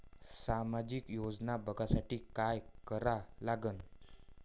सामाजिक योजना बघासाठी का करा लागन?